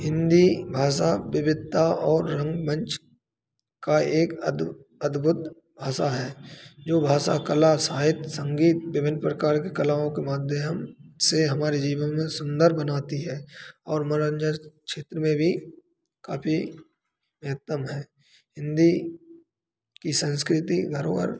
हिन्दी भाषा विविधता और रंगमंच की एक अद्भुद भाषा है जो भाषा कला साहित्य संगीत विभिन्न प्रकार की कलाओं के माध्यम से हमारे जीवन में सुंदर बनाती है और मनोरंजन क्षेत्र में भी काफ़ी महत्व है हिन्दी की सांस्कृतिक धरोहर